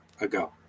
ago